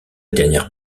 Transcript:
dernière